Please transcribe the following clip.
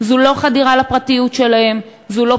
זו לא פגיעה בפרטיות שלהם,